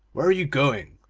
where are you going?